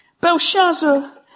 Belshazzar